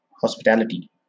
hospitality